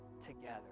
together